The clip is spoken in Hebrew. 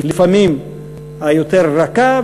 לפעמים היותר רכה,